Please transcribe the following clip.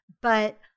but-